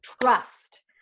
trust